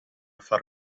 far